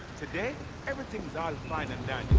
today everything's all fine and